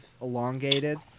elongated